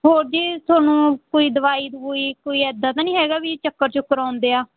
ਹੋਰ ਜੀ ਤੁਹਾਨੂੰ ਕੋਈ ਦਵਾਈ ਦਬੂਈ ਕੋਈ ਇੱਦਾਂ ਤਾਂ ਨਹੀਂ ਹੈਗਾ ਵੀ ਚੱਕਰ ਚੁੱਕਰ ਆਉਂਦੇ ਆ